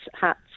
hats